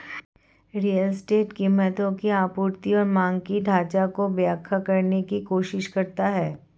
real estate कीमतों की आपूर्ति और मांग के ढाँचा की व्याख्या करने की कोशिश करता है